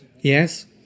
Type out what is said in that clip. Yes